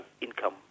income